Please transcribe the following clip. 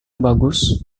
bagus